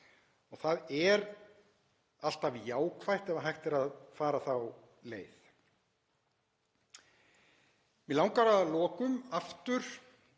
Það er alltaf jákvætt ef hægt er að fara þá leið. Mig langar að lokum aftur